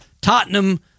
Tottenham